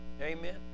Amen